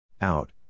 Out